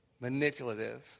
manipulative